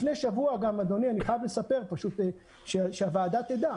לפני שבוע אני חייב לספר שהוועדה תדע